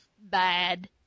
bad